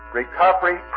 recovery